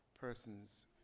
persons